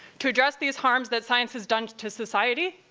to address these harms that science has done to society,